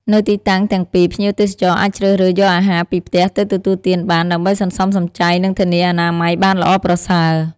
នៅទីតាំងទាំងពីរ ភ្ញៀវទេសចរអាចជ្រើសរើសយកអាហារពីផ្ទះទៅទទួលទានបាន ដើម្បីសន្សំសំចៃនិងធានាអនាម័យបានល្អប្រសើរ។